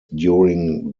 during